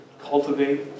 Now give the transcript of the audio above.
cultivate